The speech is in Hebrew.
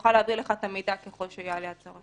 נוכל להעביר לך את המידע, ככל שיעלה הצורך.